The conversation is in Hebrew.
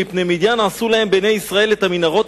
מפני מדיין עשו להם בני ישראל את המנהרות